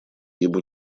ему